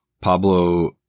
Pablo